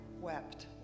wept